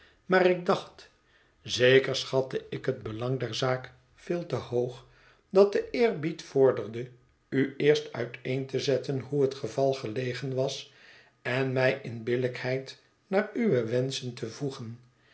maar ik dacht zeker schatte ik het belang der zaak veel te hoog dat de eerbied vorderde u eerst uiteen te zetten hoe het geval gelegen was en mij in billijkheid naar uwe wenschen te voegen